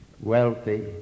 Wealthy